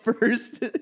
first